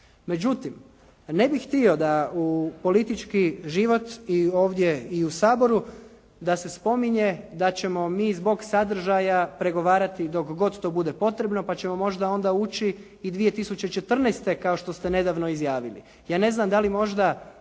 Međutim, ne bih htio da u politički život i ovdje i u Saboru da se spominje da ćemo mi zbog sadržaja pregovarati dok god to bude potrebno pa ćemo onda možda ući i 2014. kao što ste nedavno izjavili. Ja ne znam da li možda